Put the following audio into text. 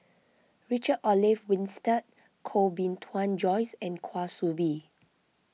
Richard Olaf Winstedt Koh Bee Tuan Joyce and Kwa Soon Bee